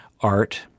art